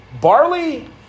barley